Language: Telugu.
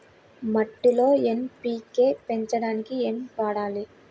మట్టిలో ఎన్.పీ.కే పెంచడానికి ఏమి వాడాలి?